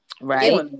Right